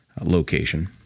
location